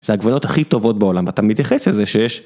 זה העגבניות הכי טובות בעולם ואתה מתייחס לזה שיש.